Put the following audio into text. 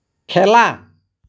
খেলা